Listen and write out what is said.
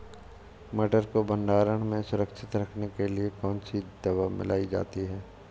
मटर को भंडारण में सुरक्षित रखने के लिए कौन सी दवा मिलाई जाती है?